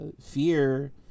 fear